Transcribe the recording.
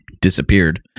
disappeared